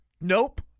Nope